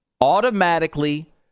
automatically